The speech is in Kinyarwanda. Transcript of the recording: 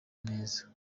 neza